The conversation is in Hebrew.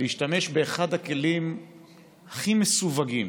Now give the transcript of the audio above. להשתמש באחד הכלים הכי מסווגים